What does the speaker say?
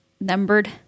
numbered